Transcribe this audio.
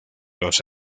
los